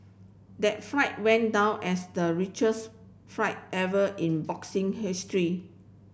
that flight went down as the richest flight ever in boxing history